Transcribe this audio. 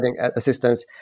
assistance